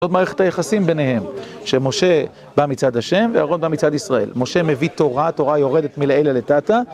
זאת מערכת היחסים ביניהם, שמשה בא מצד השם, ואהרון בא מצד ישראל. משה מביא תורה, התורה יורדת מלאילה לתתא.